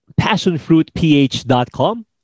passionfruitph.com